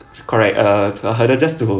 correct err just to